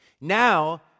now